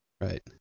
right